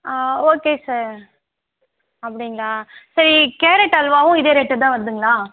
ஆ okay sir அப்படிங்களா சரி carrot அல்வாவும் இதே ரேட்டு தான் வர்துங்களா